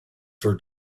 for